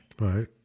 right